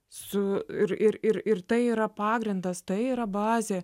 su ir ir ir tai yra pagrindas tai yra bazė